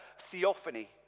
theophany